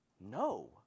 No